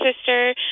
sister